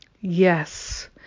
Yes